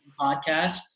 podcast